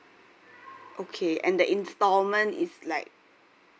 okay and the instalment is like